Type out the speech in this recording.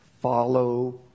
Follow